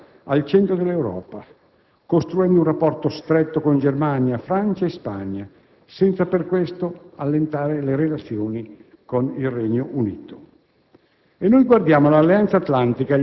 Abbiamo perciò collocato l'Italia al centro dell'Europa, costruendo un rapporto stretto con Germania, Francia e Spagna, senza per questo allentare le relazioni con il Regno Unito.